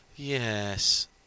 Yes